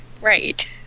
right